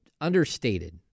understated